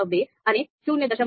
2 અને 0